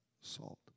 salt